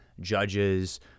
Judges